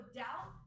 doubt